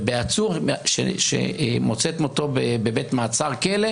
וכשעצור מוצא את מותו בבית מעצר, בכלא,